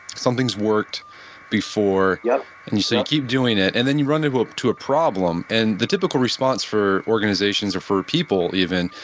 something's worked before yup and you say, keep doing it. and then you run into ah a problem and the typical response for organizations or for people, even,